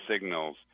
signals